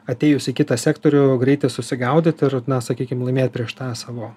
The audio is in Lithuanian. atėjus į kitą sektorių greitai susigaudyt ir na sakykim laimėt prieš tą savo